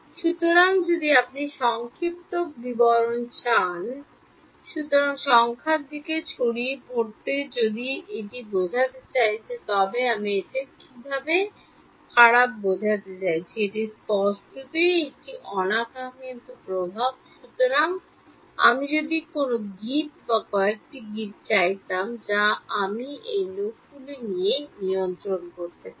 সুতরাং যদি আপনি সংক্ষিপ্ত বিবরণ চান সুতরাং সংখ্যার দিক থেকে ছড়িয়ে ছড়িয়ে পড়তে আমি যদি এটি বোঝাতে চাই তবে এটি কীভাবে খারাপ বোঝাতে চাইছে এটি স্পষ্টতই একটি অনাকাঙ্ক্ষিত প্রভাব সুতরাং আমি যদি কোনও গিঁট বা কয়েকটি গিঁট চাইতাম যা আমি এই নোকগুলি কী তা নিয়ে এটি নিয়ন্ত্রণ রাখতে পারি